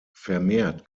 vermehrt